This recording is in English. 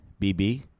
BB